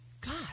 God